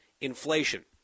inflation